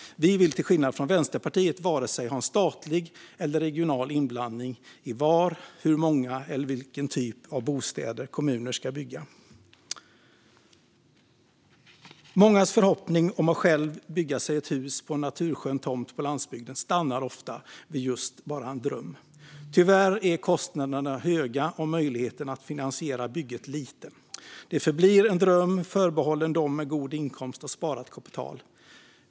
Vi vill, till skillnad från Vänsterpartiet, varken ha statlig eller regional inblandning i var, hur många bostäder eller vilken typ av bostäder kommuner ska bygga. Mångas förhoppning om att själv bygga sig ett hus på en naturskön tomt på landsbygden stannar ofta vid just bara en dröm. Tyvärr är kostnaderna höga och möjligheten att finansiera bygget liten. Det förblir en dröm förbehållen dem med god inkomst och sparat kapital.